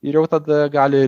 ir jau tada gali